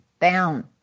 down